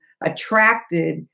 attracted